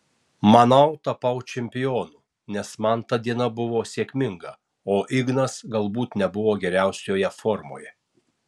manau tapau čempionu nes man ta diena buvo sėkminga o ignas galbūt nebuvo geriausioje formoje